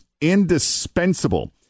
indispensable